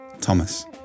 Thomas